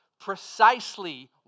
Precisely